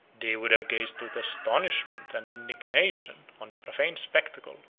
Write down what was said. they would have gazed with astonishment, and indignation, on the profane spectacle,